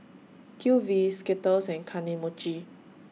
Q V Skittles and Kane Mochi